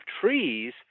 trees